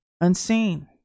unseen